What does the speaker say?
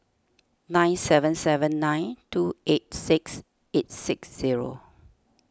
nine seven seven nine two eight six eight six zero